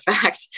fact